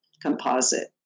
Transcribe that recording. composite